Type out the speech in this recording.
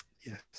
yes